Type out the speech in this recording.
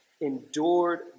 endured